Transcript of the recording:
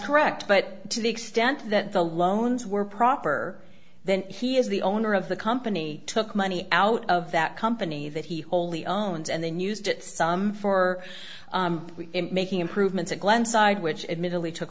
correct but to the extent that the loans were proper then he is the owner of the company took money out of that company that he wholly owns and then used to some for making improvements at glenside which admittedly took